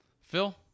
Phil